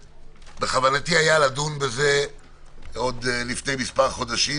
בכוונתי היה לדון בזה לפני מספר חודשים,